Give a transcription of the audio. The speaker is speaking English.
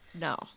no